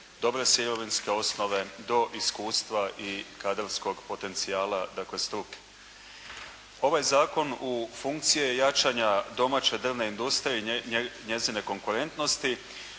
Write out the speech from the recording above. dobre sirovinske osnove do iskustva i kadrovskog potencijala, dakle struke. Ovaj zakon u funkciji je jačanja domaće drvne industrije i njezine konkurentnosti,